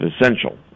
essential